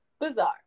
bizarre